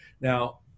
Now